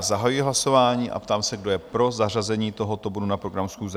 Zahajuji hlasování a ptám se, kdo je pro zařazení tohoto bodu na program schůze?